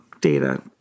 data